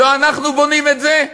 לא אנחנו בונים את זה?